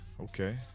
Okay